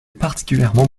particulièrement